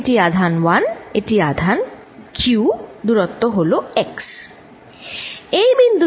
এটি আধান1 এটি আধানq দূরত্ব হলো x এই বিন্দুটি আছে a বাই 2 দূরত্বে